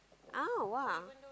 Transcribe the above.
ah !wah!